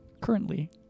currently